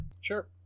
sure